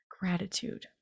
gratitude